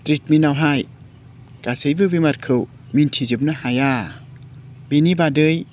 ट्रिटमेनावहाय गासैबो बेमारखौ मोनथिजोबनो हाया बिनि बादै